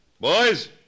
Boys